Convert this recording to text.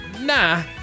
Nah